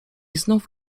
znów